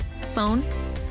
phone